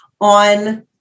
on